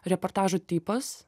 reportažo tipas